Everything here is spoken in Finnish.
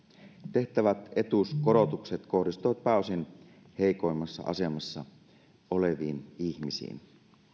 tehtävät etuuskorotukset kohdistuvat pääosin heikoimmassa asemassa oleviin ihmisiin